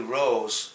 rose